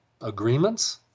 agreements